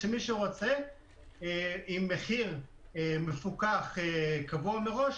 מי שרוצה עם מחיר מפוקח קבוע מראש,